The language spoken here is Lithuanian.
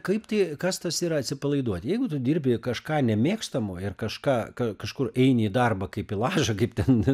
kaip tai kas tas yra atsipalaiduot jeigu tu dirbi kažką nemėgstamo ir kažką ka kažkur eini į darbą kaip į lažą kaip ten